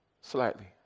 slightly